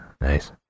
nice